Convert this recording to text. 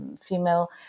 female